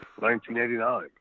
1989